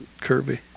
Kirby